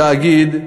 וכל תאגיד,